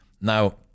Now